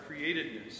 createdness